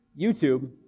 YouTube